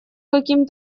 каким